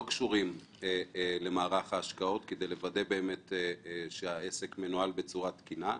קשורים למערך ההשקעות כדי לוודא שהעסק מנוהל בצורה תקינה,